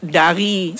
dari